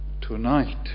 tonight